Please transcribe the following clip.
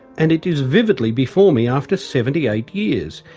and it is vividly before me after seventy-eight years.